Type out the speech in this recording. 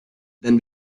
then